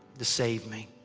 to save me.